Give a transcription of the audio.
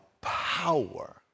power